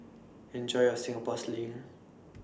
Enjoy your Singapore Sling